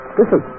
listen